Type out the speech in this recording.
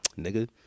nigga